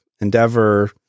Endeavor